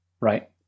right